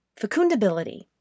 Fecundability